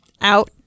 Out